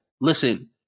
listen